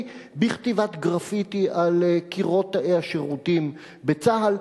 בכתיבת גרפיטי על קירות תאי השירותים בצה"ל.